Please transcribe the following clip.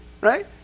right